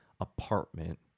apartment